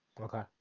Okay